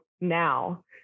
now